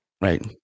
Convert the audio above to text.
Right